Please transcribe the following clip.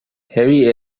heavy